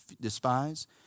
despise